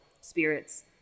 spirits